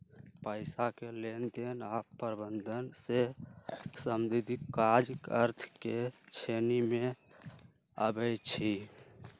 पइसा के लेनदेन आऽ प्रबंधन से संबंधित काज अर्थ के श्रेणी में आबइ छै